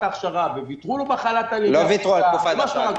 האכשרה וויתרו לו --- לא ויתרו על תקופת האכשרה.